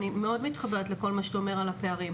אני מאוד מתחברת לכל מה שאתה אומר על הפערים,